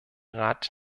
rat